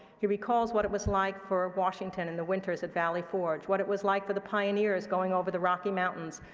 he recalls what it was like for washington in the winters at valley forge, what it was like for the pioneers going over the rocky mountains,